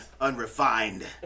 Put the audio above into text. Unrefined